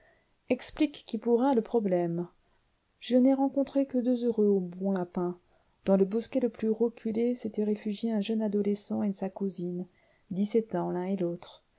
explique qui pourra le problème je n'ai rencontré que deux heureux au bon lapin dans le bosquet le plus reculé s'étaient réfugiés un jeune adolescent et sa cousine dix-sept ans l'un et l'autre